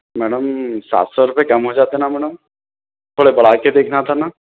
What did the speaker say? madam سات سو روپئے کم ہو جاتا ہے نا میڈم تھوڑے بڑھا کے دیکھنا تھا نا